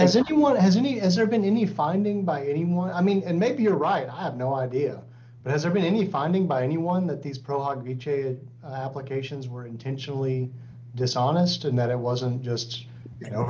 as if you want has any as there been any funding by anyone i mean and maybe you're right i have no idea but has there been any ponding by anyone that these prolog cations were intentionally dishonest and that it wasn't just you know